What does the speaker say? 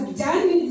done